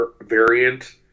variant